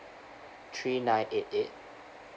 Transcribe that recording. three nine eight eight